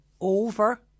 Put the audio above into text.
over